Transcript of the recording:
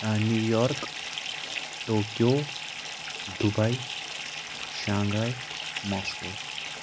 New York Tokyo Dubai Shanghai Moscow